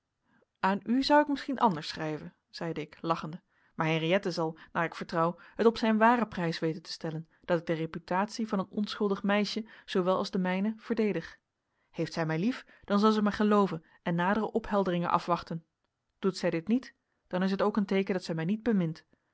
aan u zou ik misschien anders schrijven zeide ik lachende maar henriëtte zal naar ik vertrouw het op zijn waren prijs weten te stellen dat ik de reputatie van een onschuldig meisje zoowel als de mijne verdedig heeft zij mij lief dan zal zij mij gelooven en nadere ophelderingen afwachten doet zij dit niet dan is het ook een teeken dat zij mij niet bemint